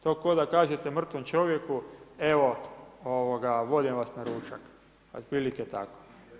To kao da kažete mrtvom čovjeku, evo vodim vas na računa, od prilike tako.